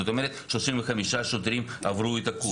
זאת אומרת 35 שוטרים עברו את הקורס.